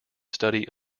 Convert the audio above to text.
study